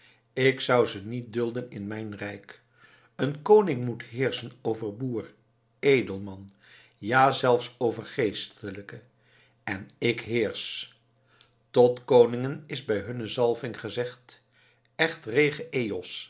ik zou ze niet dulden in mijn rijk een koning moet heerschen over boer edelman ja zelfs over geestelijke en ik heersch tot koningen is bij hunne zalving gezegd